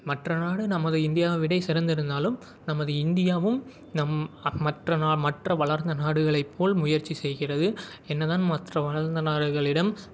மற்ற நாடு நமது இந்தியாவைவிட சிறந்து இருந்தாலும் நமது இந்தியாவும் நம் மற்ற மற்ற வளர்ந்த நாடுகளை போல் முயற்சி செய்கிறது என்ன தான் மற்ற வளர்ந்த நாடுகளிடம்